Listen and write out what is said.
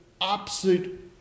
absolute